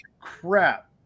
crap